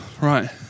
Right